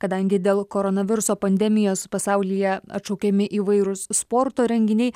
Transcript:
kadangi dėl koronaviruso pandemijos pasaulyje atšaukiami įvairūs sporto renginiai